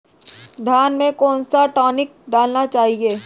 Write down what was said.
धान में कौन सा टॉनिक डालना चाहिए?